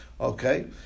Okay